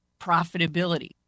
profitability